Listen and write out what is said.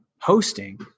Hosting